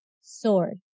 sword